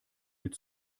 mit